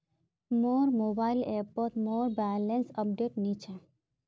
मोर मोबाइल ऐपोत मोर बैलेंस अपडेट नि छे